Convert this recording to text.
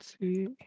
see